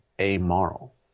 amoral